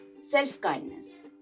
Self-kindness